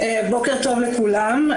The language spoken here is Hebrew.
בוקר טוב לכולם.